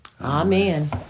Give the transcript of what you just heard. Amen